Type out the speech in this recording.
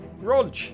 Rog